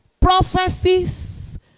prophecies